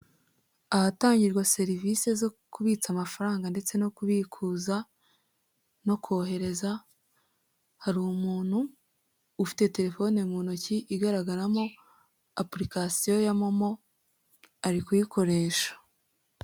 Ahatangirwa serivise zo kubitsa amafaranga ndetse no kubikuza no kohereza, hari umuntu ufite telefone mu ntoki igaragaramo apurikasiyo ya momo ari kuyikoresha.